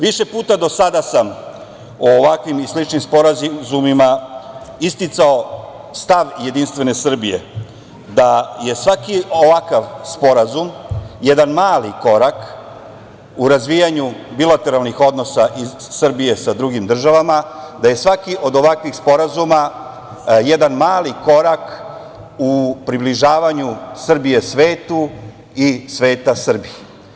Više puta do sada sam o ovakvim i sličnim sporazumima isticao stav JS, da je svaki ovakav sporazum jedan mali korak u razvijanju bilateralnih odnosa Srbije sa drugim državama, i da je svaki od ovakvih sporazuma jedan mali korak u približavanju Srbije svetu i sveta Srbiji.